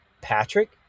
Patrick